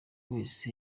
wese